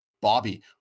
bobby